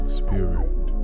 spirit